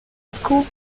school